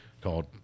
called